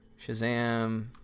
Shazam